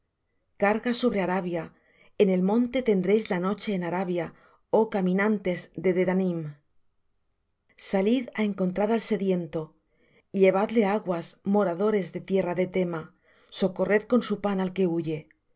carga sobre arabia en el monte tendréis la noche en arabia oh caminantes de dedanim salid á encontrar al sediento llevadle aguas moradores de tierra de tema socorred con su pan al que huye